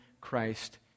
Christ